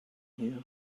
here